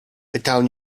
pytałem